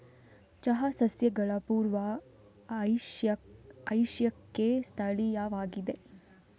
ಚಹಾ ಸಸ್ಯಗಳು ಪೂರ್ವ ಏಷ್ಯಾಕ್ಕೆ ಸ್ಥಳೀಯವಾಗಿವೆ